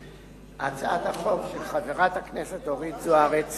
הצעת החוק של חברת הכנסת אורית זוארץ